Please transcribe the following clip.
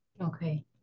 Okay